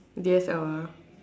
D_S_L_R